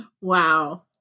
wow